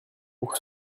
pour